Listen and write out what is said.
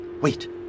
Wait